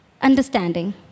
understanding